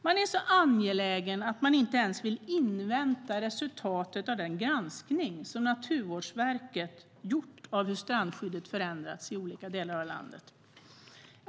Man är så angelägen att man inte ens vill invänta resultatet av den granskning som Naturvårdsverket gjort av hur strandskyddet förändrats i olika delar av landet.